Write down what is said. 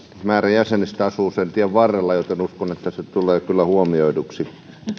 määrä valiokunnan jäsenistä asuu sen tien varrella joten uskon että se tulee kyllä huomioiduksi